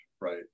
right